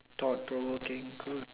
thought provoking cool